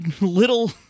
little